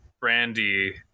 brandy